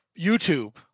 YouTube